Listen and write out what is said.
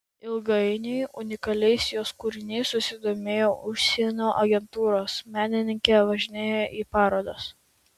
ilgainiui unikaliais jos kūriniais susidomėjo užsienio agentūros menininkė važinėja į parodas